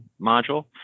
module